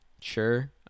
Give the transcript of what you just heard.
Sure